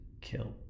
kill